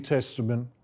Testament